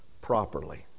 properly